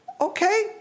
okay